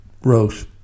wrote